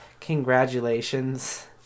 congratulations